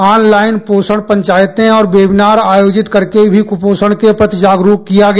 online पोषण पंचायतें और वेबिनार आयोजित करके भी कुपोषण के प्रति जागरूक किया गया